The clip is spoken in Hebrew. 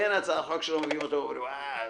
אין הצעת חוק שלא מביאים אותה ואז אומרים "וואו,